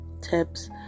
tips